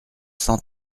cent